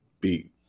beat